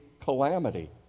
calamity